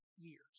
years